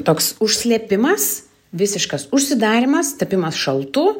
toks užslėpimas visiškas užsidarymas tapimas šaltu